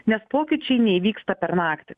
nes pokyčiai neįvyksta per naktį